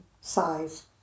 size